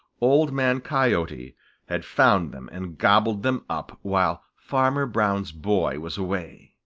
old man coyote had found them and gobbled them up while farmer brown's boy was away.